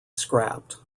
scrapped